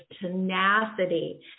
tenacity